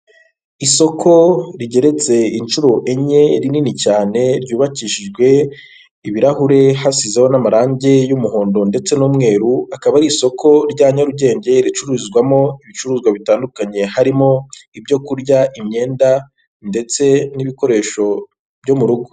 Isoko rigeretse inshuro enye rinini cyane ryubakishijwe ibirahure hasizeho n'amarangi y'umuhondo ndetse n'umweru, akaba ari isoko rya Nyarugenge ricururizwamo ibicuruzwa bitandukanye harimo: ibyo kurya, imyenda ndetse n'ibikoresho byo mu rugo.